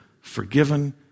forgiven